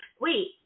wait